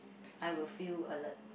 I will feel alert